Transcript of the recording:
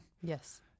Yes